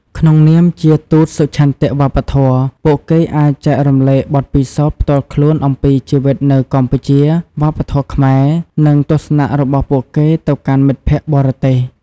ក្នុងនាមជាទូតសុឆន្ទៈវប្បធម៌ ពួកគេអាចចែករំលែកបទពិសោធន៍ផ្ទាល់ខ្លួនអំពីជីវិតនៅកម្ពុជា វប្បធម៌ខ្មែរ និងទស្សនៈរបស់ពួកគេទៅកាន់មិត្តភក្តិបរទេស។